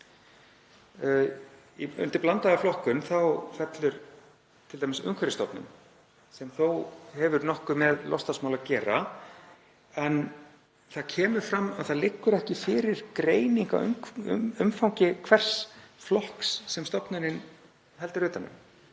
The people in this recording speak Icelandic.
Undir blandaða flokkun fellur t.d. Umhverfisstofnun sem þó hefur nokkuð með loftslagsmál að gera en það kemur fram að það liggur ekki fyrir greining á umfangi hvers flokks sem stofnunin heldur utan um,